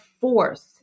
force